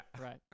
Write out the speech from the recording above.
Right